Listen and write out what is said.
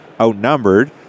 outnumbered